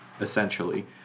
essentially